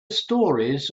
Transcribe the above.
stories